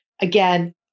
Again